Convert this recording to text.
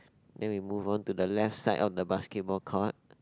then we move on to the left side of the basketball court